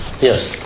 Yes